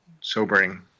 sobering